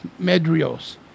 Medrios